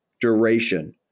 duration